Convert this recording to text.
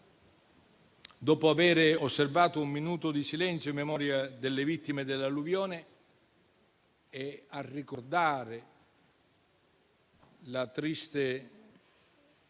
dopo aver osservato un minuto di silenzio in memoria delle vittime dell'alluvione e a ricordare la triste